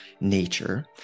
nature